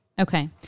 Okay